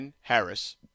Harris